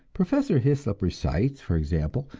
professor hyslop recites, for example,